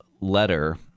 letter